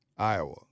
Iowa